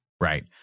Right